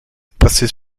passes